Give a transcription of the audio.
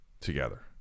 together